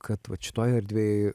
kad vat šitoj erdvėj